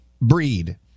Breed